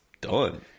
done